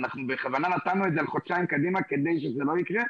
אנחנו בכוונה נתנו את זה על חודשיים קדימה כדי שזה לא יקרה,